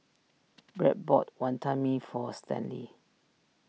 Brad bought Wantan Mee for Stanley